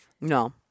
no